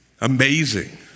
Amazing